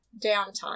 downtime